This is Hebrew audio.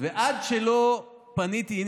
ועד שלא פניתי עם